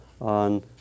On